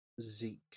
Zeke